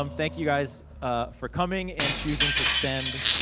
um thank you guys ah for coming and choosing to spend,